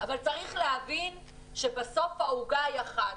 אבל צריך להבין שבסוף העוגה היא אחת.